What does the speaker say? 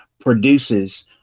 produces